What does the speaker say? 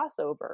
crossover